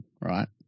right